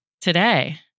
Today